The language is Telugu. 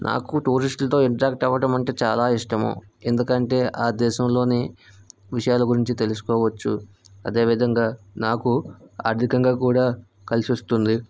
నాకు టూరిస్టులతో ఇంటరాక్ట్ అవ్వడం అంటే చాలా ఇష్టము ఎందుకంటే ఆ దేశంలోని విషయాల గురించి తెలుసుకోవచ్చు అదేవిధంగా నాకు ఆర్థికంగా కూడా కలిసి వస్తుంది